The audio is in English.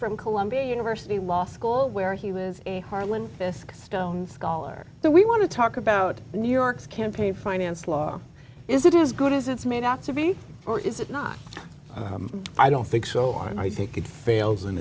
from columbia university law school where he was a harlan this stone scholar so we want to talk about new york's campaign finance law is it as good as it's made out to be or is it not i don't think so i think it fails